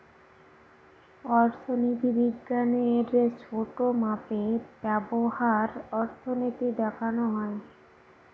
অর্থনীতি বিজ্ঞানের ছোটো মাপে ব্যবহার অর্থনীতি দেখানো হয়